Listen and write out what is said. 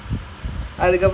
ya ya